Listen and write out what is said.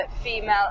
female